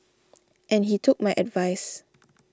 and he took my advice